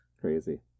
Crazy